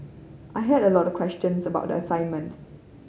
I had a lot of questions about the assignment